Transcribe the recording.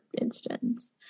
instance